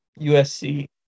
USC